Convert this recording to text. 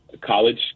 College